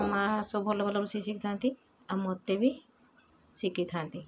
ମାଆ ସବୁ ଭଲ ଭଲ ରୋଷେଇ ଶିଖିଥାନ୍ତି ଆଉ ମୋତେ ବି ଶିଖେଇଥାନ୍ତି